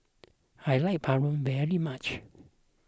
I like Paru very much